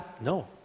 No